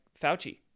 Fauci